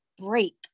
break